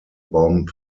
bomb